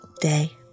day